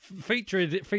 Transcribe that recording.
featuring